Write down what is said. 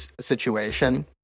situation